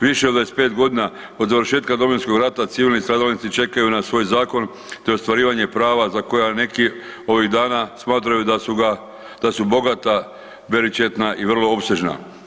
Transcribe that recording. Više od 25 godina od završetka Domovinskog rata civilni stradalnici čekaju na svoj zakon te ostvarivanje prava za koja neki ovih dana smatraju da su ga, da su bogata, …/nerazumljivo/… i vrlo opsežna.